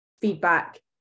feedback